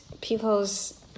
people's